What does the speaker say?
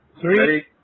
Three